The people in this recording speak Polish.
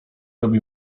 robi